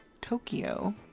Tokyo